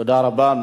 תודה רבה.